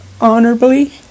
honorably